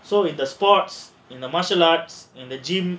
so with the sports in a martial arts in the gym